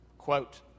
Quote